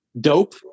Dope